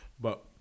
but-